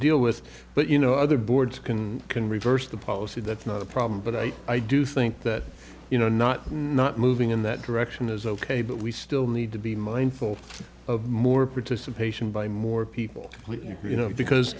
deal with but you know other boards can can reverse the policy that's not a problem but i i do think that you know not not moving in that direction is ok but we still need to be mindful of more participation by more people you know because